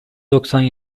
doksan